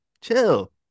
Chill